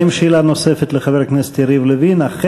האם יש לחבר הכנסת יריב לוין שאלה נוספת?